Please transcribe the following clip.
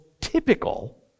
typical